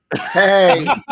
hey